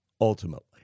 ultimately